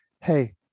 hey